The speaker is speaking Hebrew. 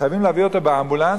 וחייבים להביא אותו באמבולנס,